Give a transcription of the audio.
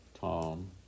Tom